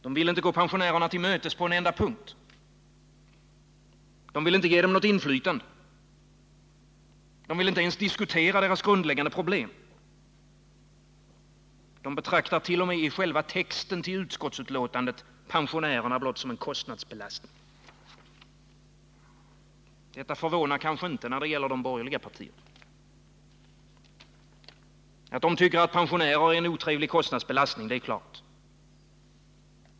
De vill inte gå pensionärerna till mötes på en enda punkt. De vill inte ge dem något inflytande. De vill inte ens diskutera deras grundläggande problem. De betraktar t.o.m. i själva texten till utskottsbetänkandet pensionärerna blott som en kostnadsbelastning. Detta förvånar kanske inte då det gäller de borgerliga partierna. Att dessa tycker att pensionärerna är en otrevlig kostnadsbelastning är klart.